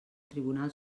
tribunal